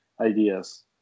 ideas